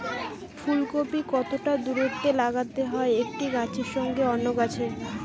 ফুলকপি কতটা দূরত্বে লাগাতে হয় একটি গাছের সঙ্গে অন্য গাছের?